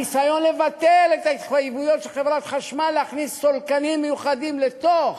הניסיון לבטל את ההתחייבויות של חברת חשמל להכניס סולקנים מיוחדים לתוך